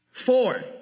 Four